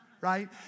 right